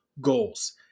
goals